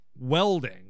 welding